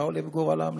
מה עולה בגורל ההמלצות?